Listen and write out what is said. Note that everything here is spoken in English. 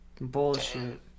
Bullshit